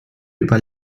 über